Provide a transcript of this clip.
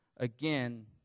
Again